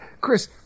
Chris